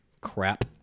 crap